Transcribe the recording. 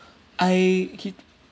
I he